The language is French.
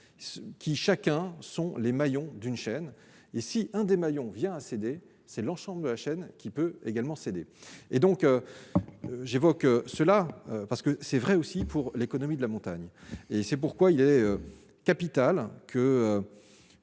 qui, chacun, sont les maillons d'une chaîne, et si un des maillons vient à céder, c'est l'ensemble de la chaîne, qui peut également céder et donc j'évoque cela parce que c'est vrai aussi pour l'économie de la montagne et c'est pourquoi il y a, il est capital que